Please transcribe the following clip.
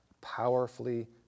powerfully